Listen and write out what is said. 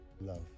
love